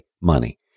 money